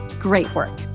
great work,